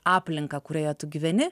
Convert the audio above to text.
aplinką kurioje tu gyveni